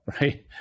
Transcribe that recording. right